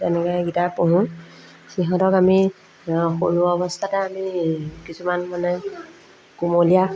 তেনেকৈ এইকেইটা পোহোঁ সিহঁতক আমি সৰু অৱস্থাতে আমি কিছুমান মানে কোমলীয়া